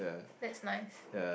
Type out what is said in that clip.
that's nice